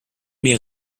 mir